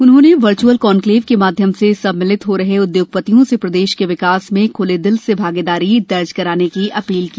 उन्होंने virtual conclave के माध्यम से सम्मिलित हो रहे उद्योगपतियों से प्रदेश के विकास में ख्ले दिल से भागीदारी दर्ज कराने की अपील की